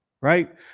Right